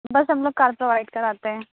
بس ہم لوگ کار پرووائڈ کراتے ہیں